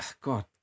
God